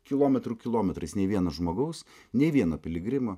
kilometrų kilometrais nei vieno žmogaus nei vieno piligrimo